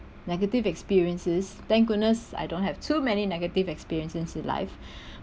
negative experiences thank goodness I don't have too many negative experiences in life